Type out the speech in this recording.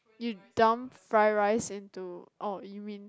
you dump fry rice in to oh you mean